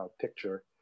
picture